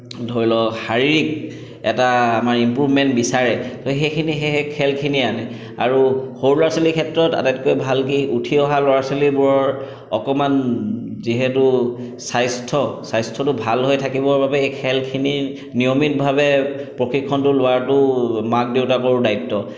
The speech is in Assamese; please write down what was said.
ধৰি লওক শাৰীৰিক এটা আমাৰ ইমপ্ৰুভমেণ্ট বিচাৰে তো সেইখিনি সেই খেলখিনিয়ে আনে আৰু সৰু ল'ৰা ছোৱালীৰ ক্ষেত্ৰত আটাইটকৈ ভাল কি উঠি অহা ল'ৰা ছোৱালীবোৰৰ অকণমান যিহেতু স্বাস্থ্য স্বাস্থ্যটো ভাল হৈ থাকিবৰ বাবে এই খেলখিনি নিয়মিতভাৱে প্ৰশিক্ষণটো লোৱাটো মাক দেউতাকৰো দ্বায়িত্ব